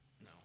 No